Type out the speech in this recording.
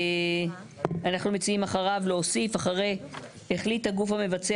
אנחנו מציעים אחריו להוסיף אחרי "החליט הגוף המבצע